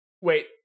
wait